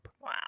Wow